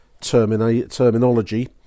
terminology